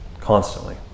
constantly